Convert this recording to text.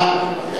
תודה רבה.